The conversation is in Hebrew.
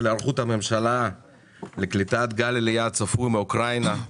היערכות הממשלה לקליטת גל עלייה הצפוי מאוקראינה.